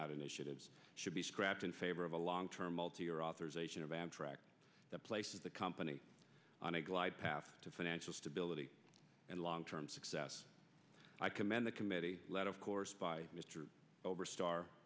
out initiatives should be scrapped in favor of a long term multi year authorization of amtrak that places the company on a glide path to financial stability and long term success i commend the committee led of course by mr over star